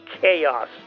chaos